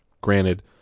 granted